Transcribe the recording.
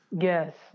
Yes